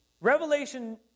Revelation